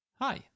Hi